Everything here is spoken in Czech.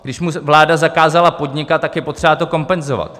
Když mu vláda zakázala podnikat, tak je potřeba to kompenzovat.